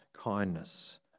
kindness